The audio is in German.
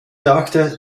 dachte